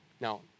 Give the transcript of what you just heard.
Now